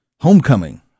homecoming